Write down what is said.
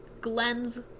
Glenn's